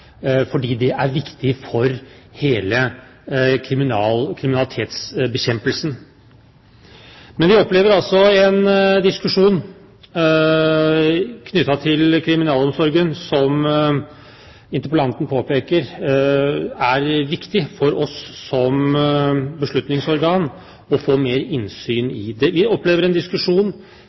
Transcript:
fordi det er viktig for hele kriminalitetsbekjempelsen. Vi opplever altså en diskusjon knyttet til kriminalomsorgen, som interpellanten påpeker det er viktig for oss som beslutningsorgan å få mer innsyn i. Vi opplever en diskusjon